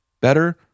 better